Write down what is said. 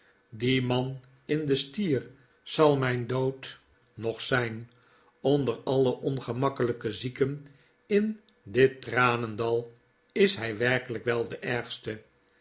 die man in de stier zal mijn dood nog zijn onder alle ongemakkelijke zieken in dit tranendal is hij werkelijk wel de ergste